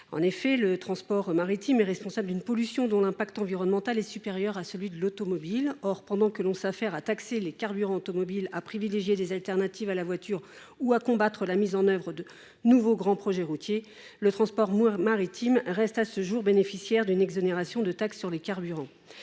En effet, le transport maritime est responsable d’une pollution dont l’impact environnemental est supérieur à celui de l’automobile. Or, pendant que l’on s’affaire à taxer les carburants automobiles, à privilégier des substituts à la voiture ou à combattre la mise en œuvre de nouveaux grands projets routiers, le transport maritime continue de bénéficier d’une exonération de taxes sur les carburants.